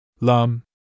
Lum